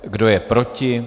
Kdo je proti?